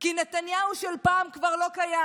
כי נתניהו של פעם כבר לא קיים.